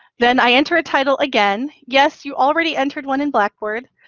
then i enter a title again. yes, you already entered one in blackboard,